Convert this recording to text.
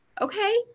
okay